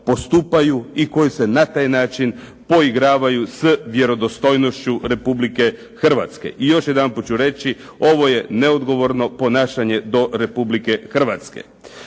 postupaju i koji se na taj način poigravaju s vjerodostojnošću Republike Hrvatske. I još jedanput ću reći ovo je neodgovorno ponašanje do Republike Hrvatske.